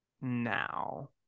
now